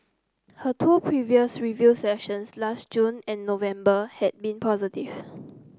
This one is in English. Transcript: her two previous review sessions last June and November had been positive